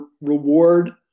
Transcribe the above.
reward